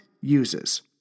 uses